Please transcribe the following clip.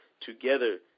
together